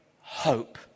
hope